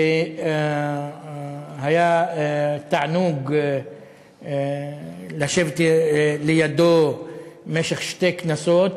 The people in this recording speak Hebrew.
והיה תענוג לשבת לידו במשך שתי כנסות,